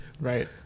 right